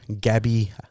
Gabby